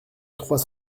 trois